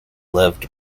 lived